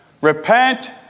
repent